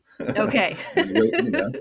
Okay